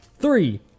three